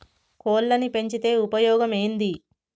కోళ్లని పెంచితే ఉపయోగం ఏంది?